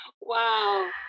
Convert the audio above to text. Wow